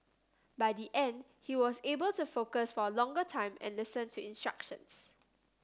by the end he was able to focus for a longer time and listen to instructions